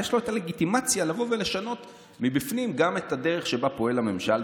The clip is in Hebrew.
יש לו את הלגיטימציה לבוא ולשנות מבפנים גם את הדרך שבה פועל הממשל,